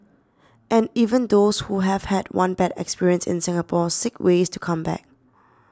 and even those who have had one bad experience in Singapore seek ways to come back